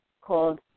called